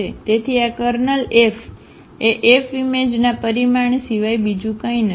તેથી આ kernel F એ F ઈમેજ નાં પરિમાણ સિવાય બીજું કંઈ નથી